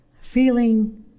feeling